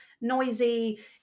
noisy